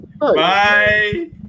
bye